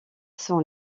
sont